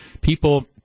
People